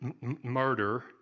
murder